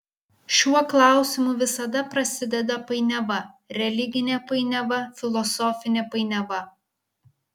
šiuo klausimu visada prasideda painiava religinė painiava filosofinė painiava